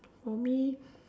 for me